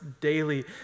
daily